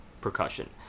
percussion